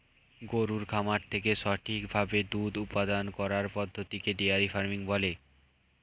গরুর খামার থেকে সঠিক ভাবে দুধ উপাদান করার পদ্ধতিকে ডেয়ারি ফার্মিং বলে